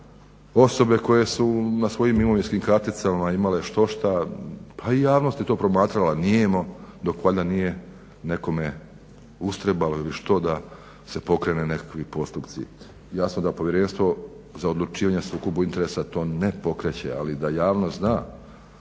osobe koje su na svojim imovinskim karticama imale štošta, pa i javnost je to promatrala nijemo, dok valjda nije nekome ustrebalo da se pokrene nekakvi postupci. Jasno da povjerenstvo za sukob interesa to ne pokreće ali da javnost zna